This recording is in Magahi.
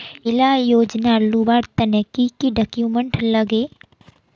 इला योजनार लुबार तने की की डॉक्यूमेंट लगे?